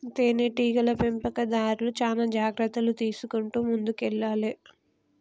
తేనె టీగల పెంపకందార్లు చానా జాగ్రత్తలు తీసుకుంటూ ముందుకెల్లాలే